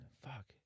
Fuck